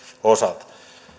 osalta